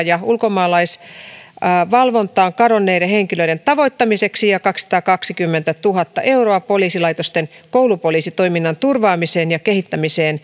ja ulkomaalaisvalvontaan kadonneiden henkilöiden tavoittamiseksi ja kaksisataakaksikymmentätuhatta euroa poliisilaitosten koulupoliisitoiminnan turvaamiseen ja kehittämiseen